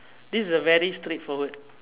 this is a very straightforward